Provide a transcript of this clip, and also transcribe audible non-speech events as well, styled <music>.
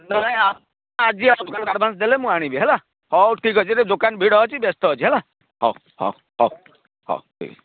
ନହେଲେ <unintelligible> ଆଜି ଆସନ୍ତୁ <unintelligible> ଆଡ଼ଭାନ୍ସ ଦେଲେ ମୁଁ ଆଣିବି ହେଲା ହଉ ଠିକ୍ ଅଛି ଏବେ ଦୋକାନ ଭିଡ଼ ଅଛି ବ୍ୟସ୍ତ ଅଛି ହେଲା ହଉ ହଉ ହଉ ହଉ ଠିକ୍